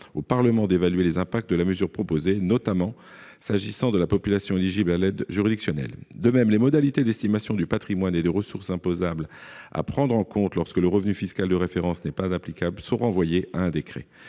au Parlement d'évaluer les impacts de la mesure proposée, notamment s'agissant de la population éligible à l'aide juridictionnelle, de même les modalités d'estimation du Patrimoine et des ressources imposables à prendre en compte lorsque le revenu fiscal de référence n'est pas applicable sont renvoyées à un décret